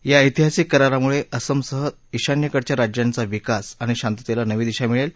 या ऐतिहासिक करारामुळे असमसह ईशान्येकडच्या राज्यांच्या विकास आणि शांततेला नवी दिशी मिळेल